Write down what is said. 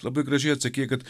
labai gražiai atsakei kad